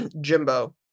Jimbo